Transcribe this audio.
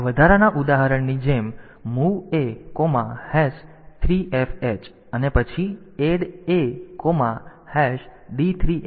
હવે આ વધારાના ઉદાહરણની જેમ MOV A3Fh અને પછી ADD AD3h છે